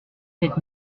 sept